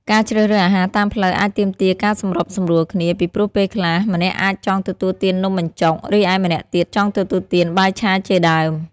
ការជ្រើសរើសអាហារតាមផ្លូវអាចទាមទារការសម្របសម្រួលគ្នា ពីព្រោះពេលខ្លះ ម្នាក់អាចចង់ទទួលទាននំបញ្ចុក រីឯម្នាក់ទៀតចង់ទទួលទានបាយឆាជាដើម។